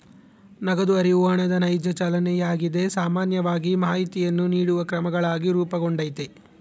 ನಗದು ಹರಿವು ಹಣದ ನೈಜ ಚಲನೆಯಾಗಿದೆ ಸಾಮಾನ್ಯವಾಗಿ ಮಾಹಿತಿಯನ್ನು ನೀಡುವ ಕ್ರಮಗಳಾಗಿ ರೂಪುಗೊಂಡೈತಿ